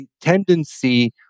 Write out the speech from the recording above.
tendency